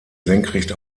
senkrecht